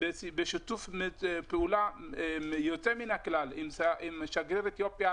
בשיתוף פעולה יוצא מן הכלל עם שגריר אתיופיה,